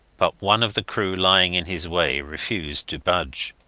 but one of the crew lying in his way refused to budge.